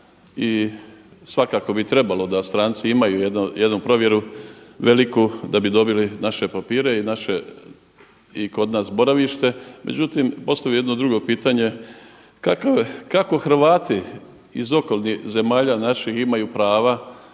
i svakako bi trebalo da stranci imaju jednu provjeru veliku da bi dobili naše papire i kod nas boravište. Međutim postavio bi jedno drugo pitanje kako Hrvati iz okolnih zemalja naših imaju prava